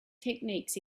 techniques